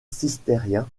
cistercien